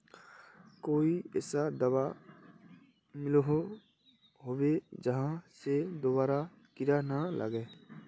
कोई ऐसा दाबा मिलोहो होबे जहा से दोबारा कीड़ा ना लागे?